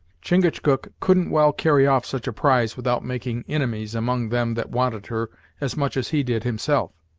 chingachgook couldn't well carry off such a prize without making inimies among them that wanted her as much as he did himself.